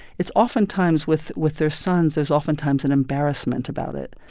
it's oftentimes with with their sons, there's oftentimes an embarrassment about it.